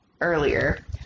earlier